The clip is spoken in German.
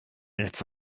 nichts